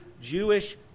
Jewish